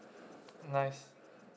nice